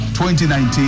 2019